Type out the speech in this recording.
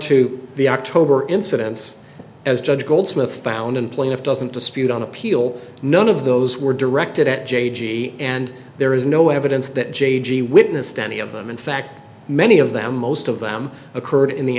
to the october incidence as judge goldsmith found in plaintiff doesn't dispute on appeal none of those were directed at j g and there is no evidence that j g witnessed any of them in fact many of them most of them occurred in the